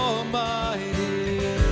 Almighty